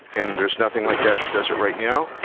and there's nothing like that that does it right now.